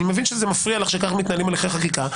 אני מבין שזה מפריע לך שכך מתנהלים הליכי חקיקה,